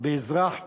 באזרח תמים.